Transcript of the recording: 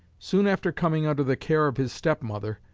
soon after coming under the care of his step-mother,